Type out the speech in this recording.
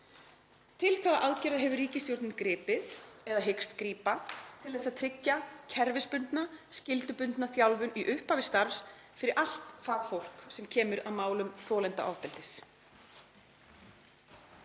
Til hvaða aðgerða hefur ríkisstjórnin gripið eða hyggst grípa til að tryggja kerfisbundna, skyldubundna þjálfun í upphafi starfs fyrir allt fagfólk sem kemur að málum þolenda ofbeldis?